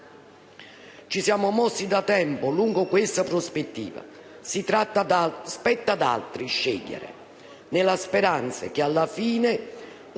Ci siamo mossi da tempo lungo questa prospettiva. Spetta ad altri scegliere, nella speranza che, alla fine,